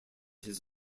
his